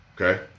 okay